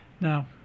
Now